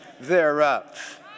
thereof